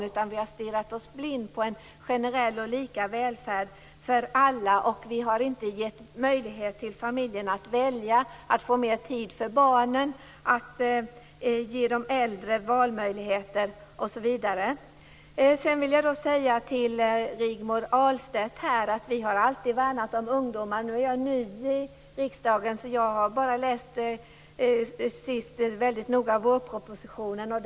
I stället har vi stirrat oss blinda på en generell och lika välfärd för alla. Vi har inte gett familjerna möjlighet att välja att få mer tid för barnen, inte gett de äldre valmöjligheter osv. Till Rigmor Ahlstedt vill jag säga att vi alltid har värnat om ungdomar. Nu är jag ny i riksdagen och har bara läst vårpropositionen noga.